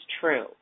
true